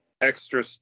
extra